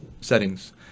settings